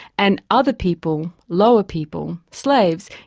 and other people, lower people, slaves,